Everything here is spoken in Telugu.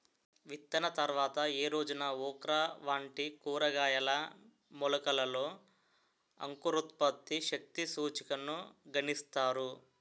విత్తిన తర్వాత ఏ రోజున ఓక్రా వంటి కూరగాయల మొలకలలో అంకురోత్పత్తి శక్తి సూచికను గణిస్తారు?